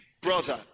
brother